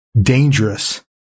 dangerous